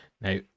now